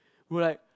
we were like